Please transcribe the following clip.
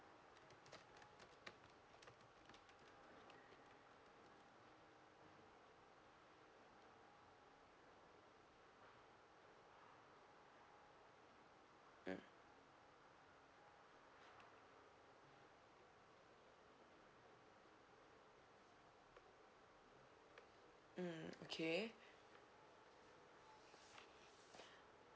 mm mm okay